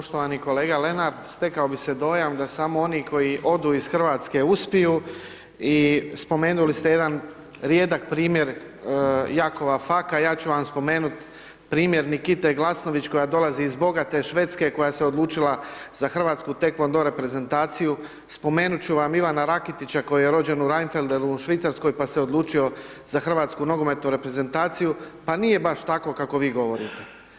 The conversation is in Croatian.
Poštovani kolega Lenart, stekao bi dojam da samo oni koji odu iz Hrvatske uspiju i spomenuli ste jedan rijedak primjer Jakova Faka, ja ću vam spomenut primjer Nikite Glasnović koja dolazi iz bogate Švedske koja se odlučila za hrvatsku taekwondo reprezentaciju, spomenut ću vam Ivana Raketića koji je rođen u Rheinfeldenu u Švicarskoj pa se odlučio za hrvatsku nogometnu reprezentaciju pa nije baš tako kako vi govorite.